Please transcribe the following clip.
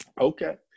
Okay